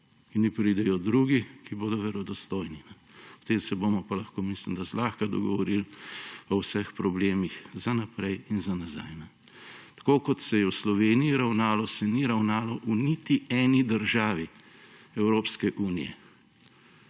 Naj pridejo drugi, ki bodo verodostojni, potem se bomo pa lahko, mislim da, zlahka dogovorili o vseh problemih za naprej in za nazaj. Tako, kot se je v Sloveniji ravnalo, se ni ravnalo v niti eni državi Evropske unije